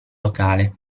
locale